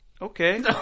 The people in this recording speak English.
okay